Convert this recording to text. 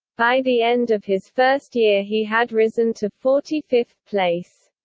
by the end of his first year he had risen to forty fifth place.